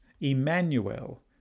Emmanuel